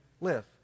live